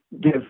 give